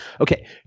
Okay